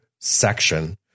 section